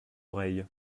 oreille